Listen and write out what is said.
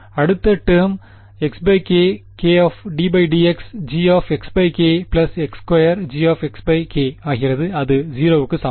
அடுத்த டேர்ம் xkKddxGx2Gஆகிறது அது 0 க்கு சமம்